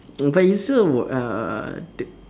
but you still were uh uh uh